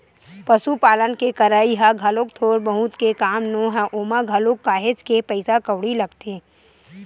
पसुपालन के करई ह घलोक थोक बहुत के काम नोहय ओमा घलोक काहेच के पइसा कउड़ी लगथे